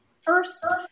First